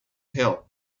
hill